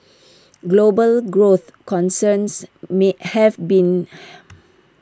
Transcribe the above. global growth concerns may have seen